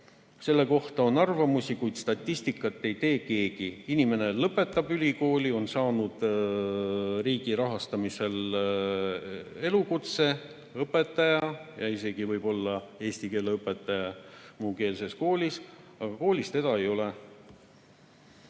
Selle kohta on arvamusi, kuid statistikat ei tee keegi. Inimene lõpetab ülikooli, on saanud riigi rahastamisel õpetaja elukutse, võib-olla on see isegi eesti keele õpetaja muukeelses koolis, aga koolis teda ei ole.